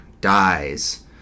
dies